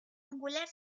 angular